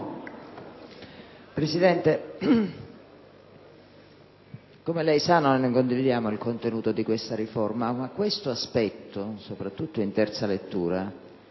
Presidente, come lei sa, noi non condividiamo il contenuto di questa riforma, ma questo, soprattutto in terza lettura,